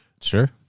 Sure